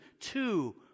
two